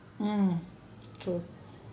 mm okay